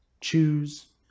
Choose